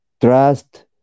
trust